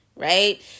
right